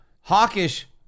hawkish